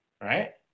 right